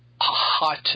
Hot